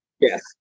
Yes